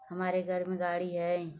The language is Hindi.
हमारे घर में गाड़ी हैं